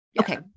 Okay